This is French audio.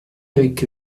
avec